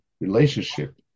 relationship